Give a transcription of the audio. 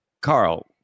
Carl